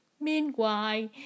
meanwhile